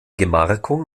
gemarkung